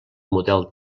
model